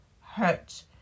hurt